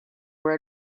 were